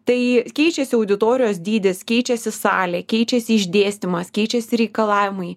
tai keičiasi auditorijos dydis keičiasi salė keičiasi išdėstymas keičiasi reikalavimai